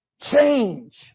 Change